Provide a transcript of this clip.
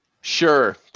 sure